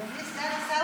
אדוני סגן השר,